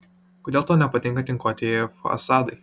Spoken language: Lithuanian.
kodėl tau nepatinka tinkuotieji fasadai